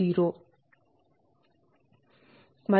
0